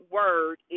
word